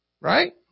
Right